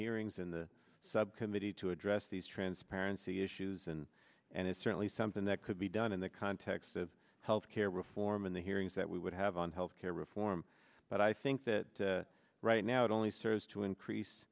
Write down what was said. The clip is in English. hearings in the subcommittee to address these transparency issues and and it's certainly something that could be and in the context of health care reform and the hearings that we would have on health care reform but i think that right now it only serves to increase